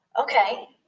Okay